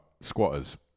squatters